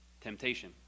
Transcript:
temptation